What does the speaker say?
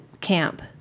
camp